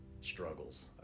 struggles